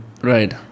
Right